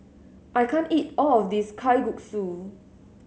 I can't eat all of this Kalguksu